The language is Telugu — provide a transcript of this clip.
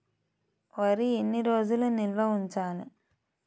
వరి ఎన్ని రోజులు నిల్వ ఉంచాలి?